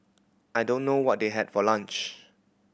I don't know what they had for lunch